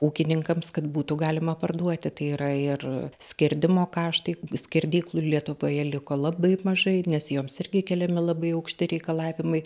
ūkininkams kad būtų galima parduoti tai yra ir skerdimo kaštai skerdyklų lietuvoje liko labai mažai nes joms irgi keliami labai aukšti reikalavimai